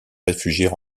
réfugier